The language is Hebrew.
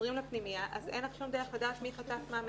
וחוזרים לפנימייה אין לך שום דרך לדעת מי 'חטף' מה ומאיפה.